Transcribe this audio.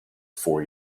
four